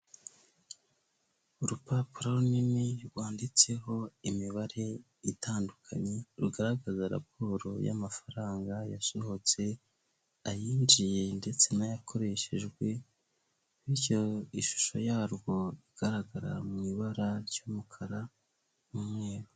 Urupapuro runini rwanditseho imibare itandukanye, rugaragaza raporo y'amafaranga yasohotse, ayinjiye ndetse n'ayakoreshejwe, bityo ishusho yarwo igaragara mu ibara ry'umukara n'umweru.